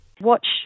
Watch